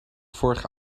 vorige